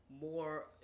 more –